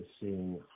seeing